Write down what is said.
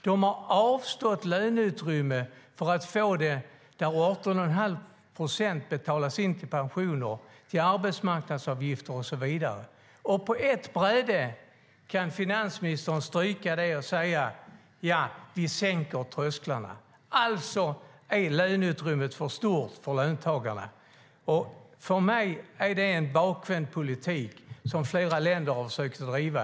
De har avstått löneutrymme där 18 1⁄2 procent betalas in till pensioner, till arbetsgivaravgifter och så vidare. Alltså är löneutrymmet för stort för löntagarna. För mig är det en bakvänd politik som flera länder har försökt att driva.